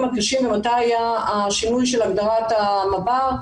הקשים ומתי היה השינוי של הגדרת המב"ר.